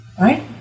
right